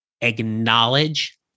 acknowledge